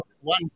one